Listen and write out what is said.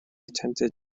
attended